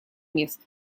мест